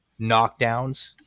knockdowns